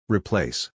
Replace